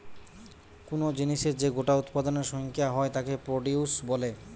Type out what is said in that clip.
কুনো জিনিসের যে গোটা উৎপাদনের সংখ্যা হয় তাকে প্রডিউস বলে